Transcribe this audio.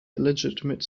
illegitimate